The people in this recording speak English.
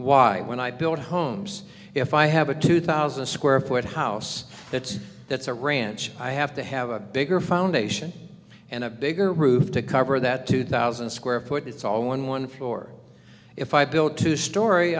why when i build homes if i have a two thousand square foot house that that's a ranch i have to have a bigger foundation and a bigger roof to cover that two thousand square foot it's all one floor if i build two storey